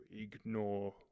ignore